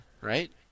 right